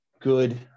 good